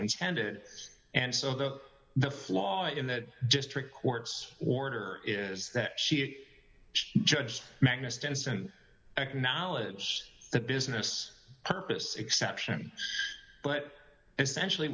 intended and so the the flaw in that district court's order is that she is judged magnus denson acknowledge the business purpose exception but essentially